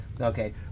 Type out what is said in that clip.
Okay